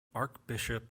archbishop